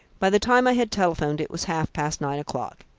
by the time i had telephoned it was half-past nine o'clock.